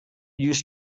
used